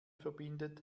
verbindet